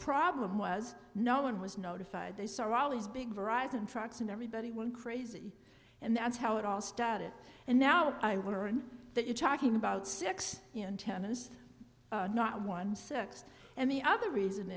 problem was no one was notified they saw all these big horizon trucks and everybody went crazy and that's how it all started and now i want to run that you're talking about six in ten is not one six and the other reason